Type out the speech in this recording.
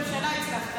אבל בקושי בממשלה הצלחת,